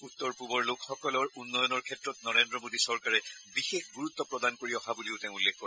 উত্তৰ পুবৰ লোকসকলৰ উন্নয়নৰ ক্ষেত্ৰত নৰেন্দ্ৰ মোদী চৰকাৰে বিশেষ গুৰুত্ব প্ৰদান কৰি অহা বুলিও তেওঁ উল্লেখ কৰে